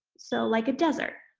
so, like a desert,